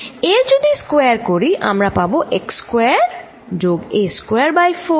এর যদি স্কোয়ার করি আমরা পাব x স্কয়ার যোগ a স্কয়ার বাই4